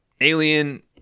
alien